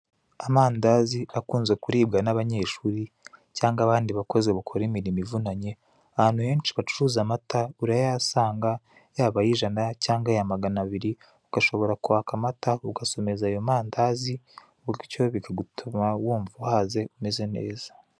Amandazi akunze kuribwa n'abanyeshuri cyangwa anandi bakozi bakora imirimo ivunanye, ahantu henshi bacuruza amata urayahasanga, yaba ay'ijana cyangwa aya magana abiri, ugashobora kwaka amata, ugasomeza ayo mandazi, bityo bikagutuma wumva uhaze, umeze neza.